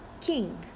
king